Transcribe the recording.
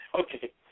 Okay